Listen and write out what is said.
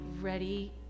ready